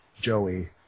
Joey